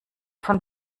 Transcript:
von